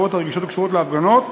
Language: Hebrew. בעבירות הרגישות הקשורות להפגנות,